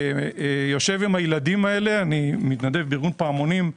עם הילדים האלה אני מתנדב בארגון פעמונים,